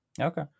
Okay